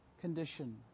condition